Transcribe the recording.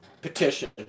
petition